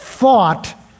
Thought